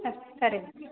ಸರಿ ಸರಿ